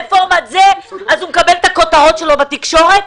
אז הוא יקבל את הכותרות שלו בתקשורת.